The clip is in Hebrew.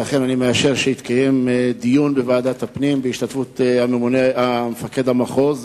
ואכן אני מאשר שהתקיים דיון בוועדת הפנים בהשתתפות מפקד המחוז.